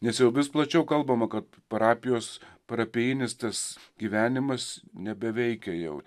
nes jau vis plačiau kalbama kad parapijos parapijinis tas gyvenimas nebeveikia jau